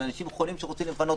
על אנשים חולים שרוצים לפנות,